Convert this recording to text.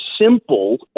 Simple